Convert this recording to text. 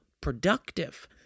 productive